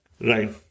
Right